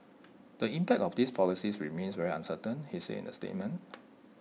the impact of these policies remains very uncertain he said in the statement